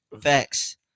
Facts